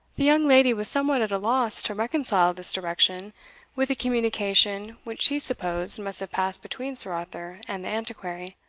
the young lady was somewhat at a loss to reconcile this direction with the communication which she supposed must have passed between sir arthur and the antiquary